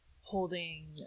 holding